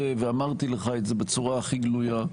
ואמרתי לך את זה בצורה הכי גלויה,